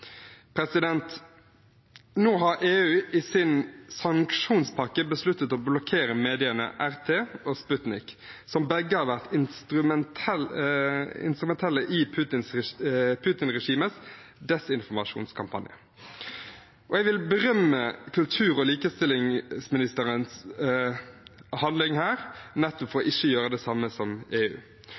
Nå har EU i sin sanksjonspakke besluttet å blokkere mediene RT og Sputnik, som begge har vært instrumentelle i Putin-regimets desinformasjonskampanje. Jeg vil berømme kultur- og likestillingsministerens handling her – nettopp å ikke gjøre det samme som EU.